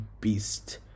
beast